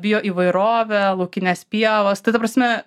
bioįvairovę laukinės pievos tai ta prasme